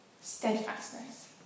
steadfastness